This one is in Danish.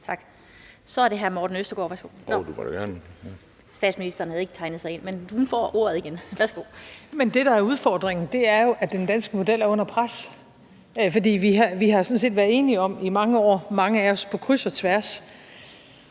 Tak. Så er det hr. Morten Østergaard. Værsgo. Statsministeren havde ikke tegnet sig ind, men hun får så ordet igen. Værsgo. Kl. 16:19 Mette Frederiksen (S): Men det, der er udfordringen, er jo, at den danske model er under pres. Vi har sådan set været enige om i mange år – mange af os på kryds og tværs,